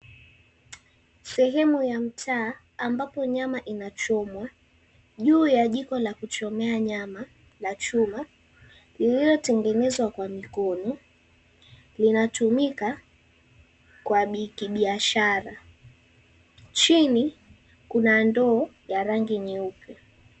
Sehemu ya mtaa ambapo nyama inachomwa, juu ya jiko la kuchomea nyama la chuma, lililotengenezwa kwa mikoni, linatumika kwa kibiashara. Chini kuna ndoo ya rangi nyeupe.